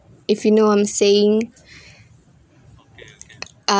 if you know what I'm saying uh